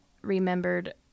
remembered